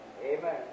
Amen